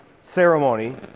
ceremony